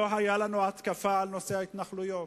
לא היתה עלינו התקפה בנושא ההתנחלויות.